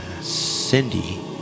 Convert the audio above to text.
Cindy